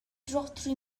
rhodri